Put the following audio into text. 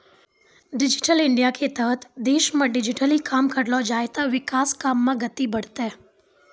digital इंडियाके तहत देशमे डिजिटली काम करलो जाय ते विकास काम मे गति बढ़तै